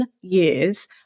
years